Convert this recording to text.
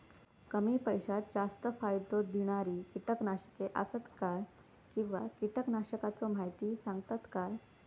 कमी पैशात जास्त फायदो दिणारी किटकनाशके आसत काय किंवा कीटकनाशकाचो माहिती सांगतात काय?